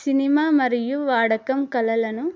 cinema మరియు వాడకం కలలను